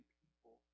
people